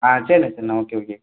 ஆ சரிணே சரிணே okay okay